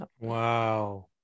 Wow